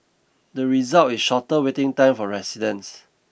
the result is shorter waiting time for residents